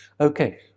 Okay